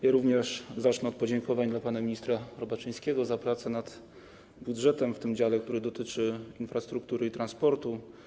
Ja również zacznę od podziękowań dla pana ministra Robaczyńskiego za pracę nad budżetem w tym dziale, który dotyczy infrastruktury i transportu.